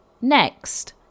Next